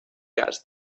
cas